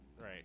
Right